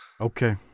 Okay